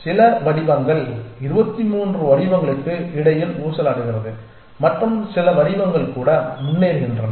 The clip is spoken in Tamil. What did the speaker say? சில வடிவங்கள் 23 வடிவங்களுக்கு இடையில் ஊசலாடுகிறது மற்றும் சில வடிவங்கள் கூட முன்னேறுகின்றன